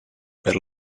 per